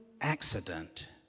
accident